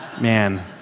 man